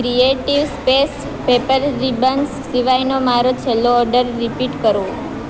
creative space paper ribbon સીવાયનો મારો છેલ્લો ઓર્ડર રીપીટ કરો